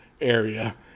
area